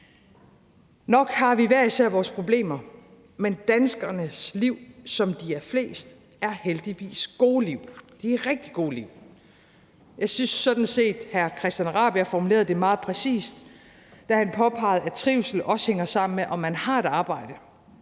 Nok har vi hver især vores problemer, men danskernes liv, som de er flest, er heldigvis gode liv. Det er rigtig gode liv. Jeg synes sådan set, hr. Christian Rabjerg Madsen formulerede det meget præcist, da han påpegede, at trivsel også hænger sammen med, om man har et arbejde